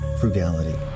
frugality